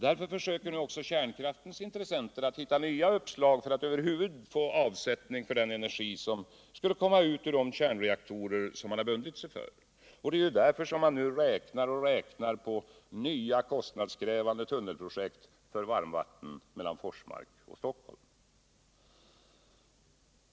Därför försöker nu också kärnkraftens intressenter att hitta nya uppslag för att över huvud taget få avsättning för den energi som skulle komma ut ur de kärnreaktorer som man har bundit sig för. Det är ju därför som man nu räknar och räknar på nya kostnadskrävande tunnelprojekt för varmvatten mellan Forsmark och Stockholm.